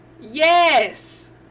Yes